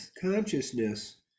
Consciousness